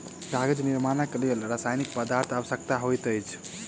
कागज निर्माणक लेल रासायनिक पदार्थ के आवश्यकता होइत अछि